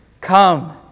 Come